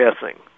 guessing